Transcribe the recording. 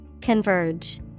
Converge